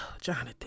Jonathan